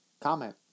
Comment